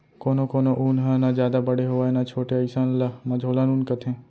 कोनो कोनो ऊन ह न जादा बड़े होवय न छोटे अइसन ल मझोलन ऊन कथें